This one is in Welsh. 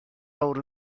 awr